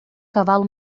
cavalo